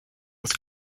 with